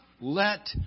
let